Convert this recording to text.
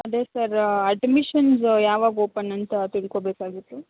ಅದೇ sir admissions ಯಾವಾಗ open ಅಂತ ತಿಳ್ಕೋಬೇಕಾಗಿತ್ತು